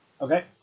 Okay